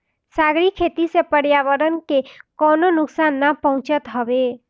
सागरी खेती से पर्यावरण के कवनो नुकसान ना पहुँचत हवे